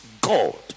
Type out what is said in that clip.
God